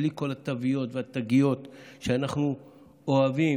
בלי כל התוויות והתגיות שאנחנו אוהבים